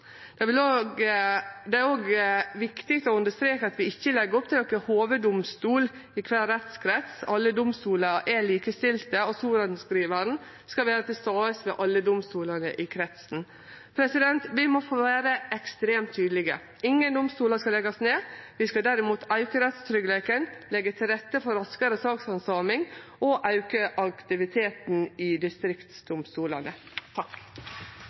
Det er òg viktig å understreke at vi ikkje legg opp til ein hovuddomstol i kvar rettskrets, alle domstolar er likestilte, og sorenskrivaren skal vere til stades ved alle domstolane i kretsen. Vi må få vere ekstremt tydelege: Ingen domstol skal leggjast ned, vi skal derimot auke rettstryggleiken, leggje til rette for raskare sakshandsaming og auke aktiviteten i distriktsdomstolane.